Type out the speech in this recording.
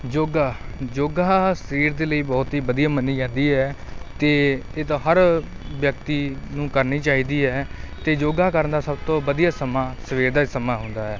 ਯੋਗਾ ਯੋਗਾ ਸਰੀਰ ਦੇ ਲਈ ਬਹੁਤ ਹੀ ਵਧੀਆ ਮੰਨੀ ਜਾਂਦੀ ਹੈ ਅਤੇ ਇਹ ਤਾਂ ਹਰ ਵਿਅਕਤੀ ਨੂੰ ਕਰਨੀ ਚਾਹੀਦੀ ਹੈ ਅਤੇ ਯੋਗਾ ਕਰਨ ਦਾ ਸਭ ਤੋਂ ਵਧੀਆ ਸਮਾਂ ਸਵੇਰ ਦਾ ਹੀ ਸਮਾਂ ਹੁੰਦਾ ਹੈ